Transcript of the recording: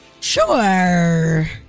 Sure